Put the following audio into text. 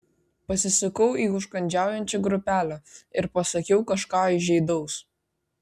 pasisukau į užkandžiaujančią grupelę ir pasakiau kažką įžeidaus